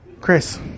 Chris